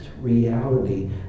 reality